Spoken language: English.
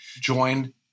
join